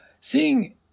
Seeing